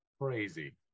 crazy